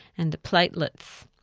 and the platelets.